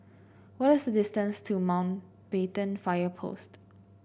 what is the distance to Mountbatten Fire Post